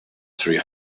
three